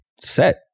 set